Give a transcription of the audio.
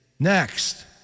Next